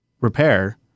repair